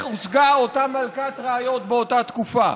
הושגה אותה מלכת ראיות באותה תקופה.